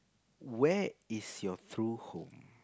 where is your true home